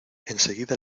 enseguida